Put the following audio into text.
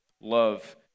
love